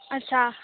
ᱟᱪᱪᱷᱟ